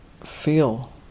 feel